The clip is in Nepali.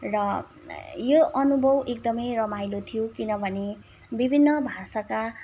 र यो अनुभव एकदमै रमाइलो थियो किनभने विभिन्न भाषाका